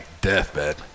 deathbed